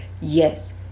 Yes